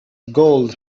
gold